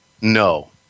No